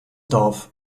dorf